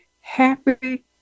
happy